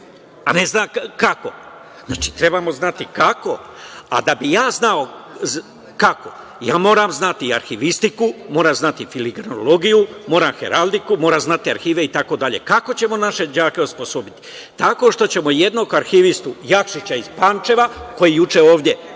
a ne znam kako. Znači, trebamo znati kako, a da bi ja znao kako, ja moram znati arhivistiku, moram znati filigranologiju, moram heraldiku, moram znati arhive, itd. Kako ćemo naše đake osposobiti? Tako što ćemo jednog arhivistu, Jakšića iz Pančeva, koji je juče ovde